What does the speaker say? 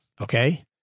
Okay